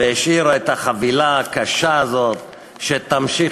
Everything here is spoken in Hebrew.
והשאירה את החבילה הקשה הזאת שתמשיך